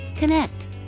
connect